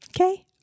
Okay